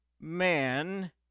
man